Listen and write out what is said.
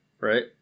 right